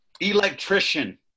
Electrician